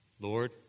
Lord